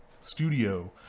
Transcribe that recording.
studio